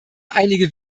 einige